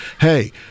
hey